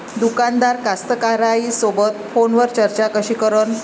दुकानदार कास्तकाराइसोबत फोनवर चर्चा कशी करन?